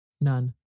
None